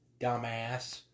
Dumbass